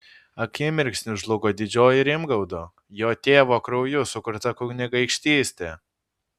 akimirksniu žlugo didžioji rimgaudo jo tėvo krauju sukurta kunigaikštystė